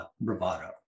bravado